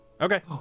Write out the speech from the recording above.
Okay